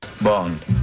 Bond